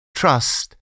Trust